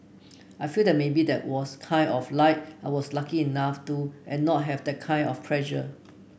I feel that maybe that was kind of like I was lucky enough to and not have that kind of pressure